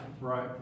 Right